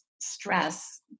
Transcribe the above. Stress